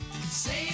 Save